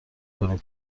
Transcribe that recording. کنیم